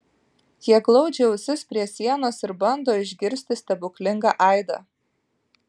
jie glaudžia ausis prie sienos ir bando išgirsti stebuklingą aidą